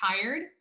tired